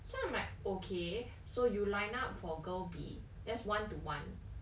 so I'm like okay so you line up for girl B that's one to one